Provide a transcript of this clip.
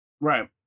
Right